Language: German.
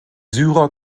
syrer